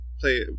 play